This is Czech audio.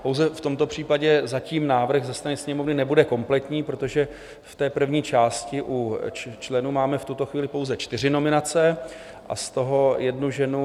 Pouze v tomto případě zatím návrh ze strany Sněmovny nebude kompletní, protože v té první části u členů máme v tuto chvíli pouze 4 nominace a z toho 1 ženu.